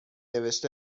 نوشته